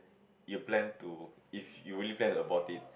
you plan to if you really plan to abort it